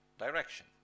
direction